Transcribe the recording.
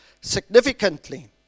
significantly